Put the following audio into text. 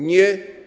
Nie.